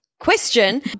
question